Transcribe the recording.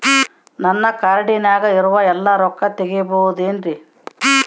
ನನ್ನ ಕಾರ್ಡಿನಾಗ ಇರುವ ಎಲ್ಲಾ ರೊಕ್ಕ ತೆಗೆಯಬಹುದು ಏನ್ರಿ?